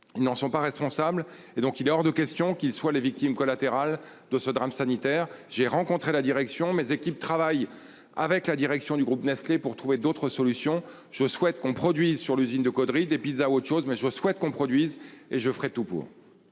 Ils n'en sont pas responsables, et donc il est hors de question qu'ils soient les victimes collatérales de ce drame sanitaire. J'ai rencontré la direction mes équipes travaillent avec la direction du groupe Nestlé pour trouver d'autres solutions. Je souhaite qu'on produit sur l'usine de Caudry des pizzas ou autre chose, mais je souhaite qu'on produise et je ferai tout pour.